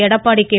Edappadi K